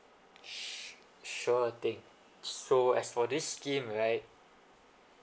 su~ sure thing so as for this scheme right